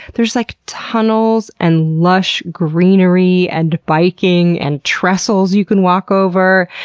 there's like tunnels and lush greenery and biking and trestles you can walk over.